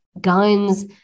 guns